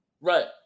Right